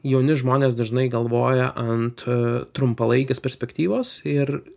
jauni žmonės dažnai galvoja ant trumpalaikės perspektyvos ir